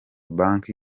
banki